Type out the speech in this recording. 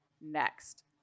next